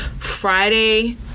Friday